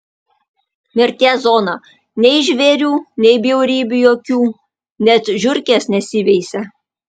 mirties zona nei žvėrių nei bjaurybių jokių net žiurkės nesiveisia